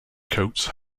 coats